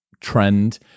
trend